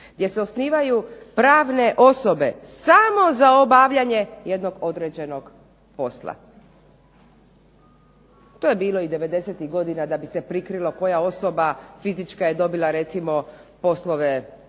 Jer se osnivaju pravne osobe samo za obavljanje jednog određenog posla. To je bilo i 90-tih godina da bi se vidilo koja osoba fizička je dobila poslove uređenja